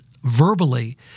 Verbally